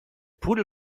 pudel